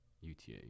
UTA